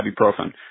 ibuprofen